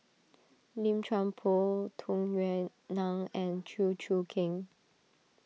Lim Chuan Poh Tung Yue Nang and Chew Choo Keng